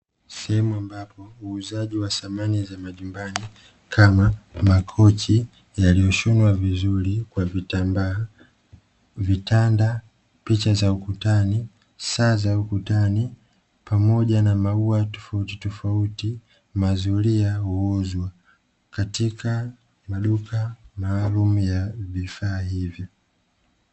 Sehemu ambapo uuzaji wa samani za majumbani kama makochi yaliyoshunwa vizuri kwa vitambaa, vitanda, picha za ukutani, saa za ukutani pamoja na maua tofautitofauti mazuri ya yanauzwa katika maduka maalumu ya vifaa hivyo.